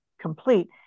complete